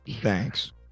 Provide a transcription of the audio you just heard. thanks